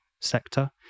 sector